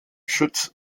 schütz